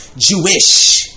Jewish